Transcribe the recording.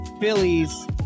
Phillies